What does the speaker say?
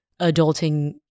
adulting